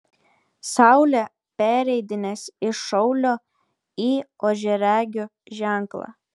saulė pereidinės iš šaulio į ožiaragio ženklą